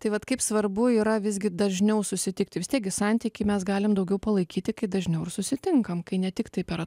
tai vat kaip svarbu yra visgi dažniau susitikti vis tiek gi santykį mes galime daugiau palaikyti kai dažniau ir susitinkam kai ne tiktai per